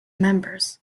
members